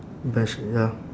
bench ya